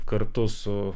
kartu su